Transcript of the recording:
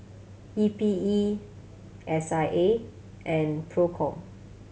E P E S I A and Procom